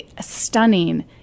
stunning